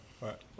Right